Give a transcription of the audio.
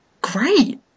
great